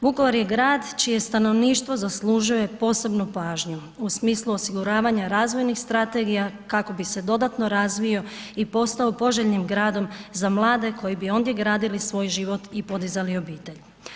Vukovar je grad čije stanovništvo zaslužuje posebnu pažnju u smislu osiguravanja razvojnih strategija kako bis e dodatno razvio i postao poželjnim gradom za mlade koji bi ondje gradili svoj život i podizali obitelj.